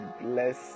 bless